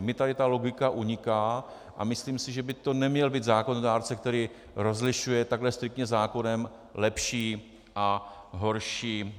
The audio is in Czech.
Mně tady ta logika uniká a myslím si, že by to neměl být zákonodárce, který rozlišuje takhle striktně zákonem lepší a horší investice.